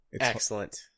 excellent